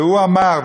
והוא אמר,